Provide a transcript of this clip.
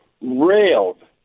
railed